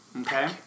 okay